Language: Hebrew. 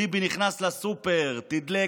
ביבי נכנס לסופר, תדלק